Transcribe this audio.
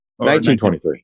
1923